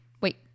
wait